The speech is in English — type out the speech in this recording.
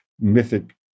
mythic